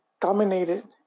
dominated